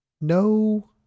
No